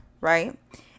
right